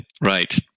right